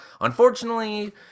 Unfortunately